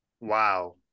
Wow